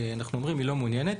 אנחנו אומרים: היא לא מעוניינת.